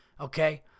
okay